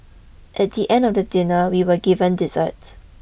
at the end of the dinner we were given dessert